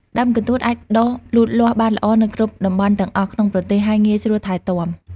ដើមកន្ទួតអាចដុះលូតលាស់បានល្អនៅគ្រប់តំបន់ទាំងអស់ក្នុងប្រទេស ហើយងាយស្រួលថែទាំ។